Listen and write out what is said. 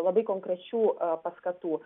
labai konkrečių paskatų